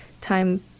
time